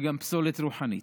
גם פסולת רוחנית.